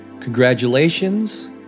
Congratulations